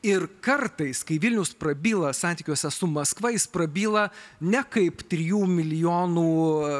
ir kartais kai vilnius prabyla santykiuose su maskva jis prabyla ne kaip trijų milijonų